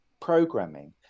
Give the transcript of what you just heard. programming